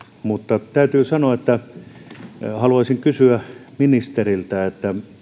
mutta haluaisin kysyä ministeriltä